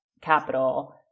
capital